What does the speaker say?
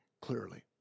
clearly